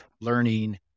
learning